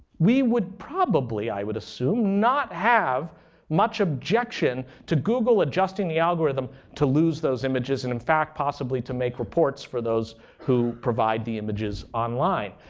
we would probably, i would assume, not have much objection to google adjusting the algorithm to lose those images. and in fact, possibly to make reports for those who provide the images online.